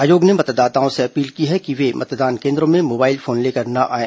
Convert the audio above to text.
आयोग ने मतदाताओं से अपील की है कि वे मतदान केन्द्रों में मोबाइल फोन लेकर न आएं